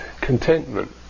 contentment